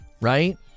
right